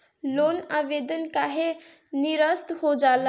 Loan आवेदन काहे नीरस्त हो जाला?